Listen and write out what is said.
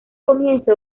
comienzo